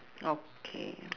okay